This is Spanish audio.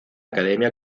academia